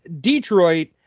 Detroit